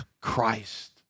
Christ